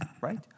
Right